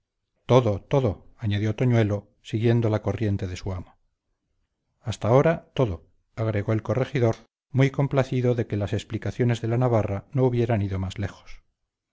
todo todo añadió toñuelo siguiendo la corriente a su amo hasta ahora todo agregó el corregidor muy complacido de que las explicaciones de la navarra no hubieran ido más lejos